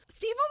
Steve